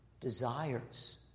desires